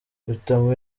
rutamu